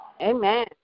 Amen